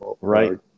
right